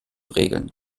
regeln